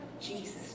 Jesus